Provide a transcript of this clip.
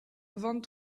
vingt